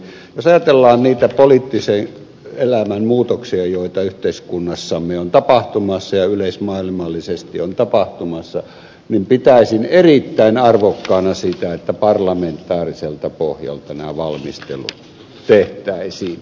jos ajatellaan niitä poliittisen elämän muutoksia joita yhteiskunnassamme ja yleismaailmallisesti on tapahtumassa niin pitäisin erittäin arvokkaana sitä että parlamentaariselta pohjalta nämä valmistelut tehtäisiin